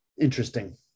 Interesting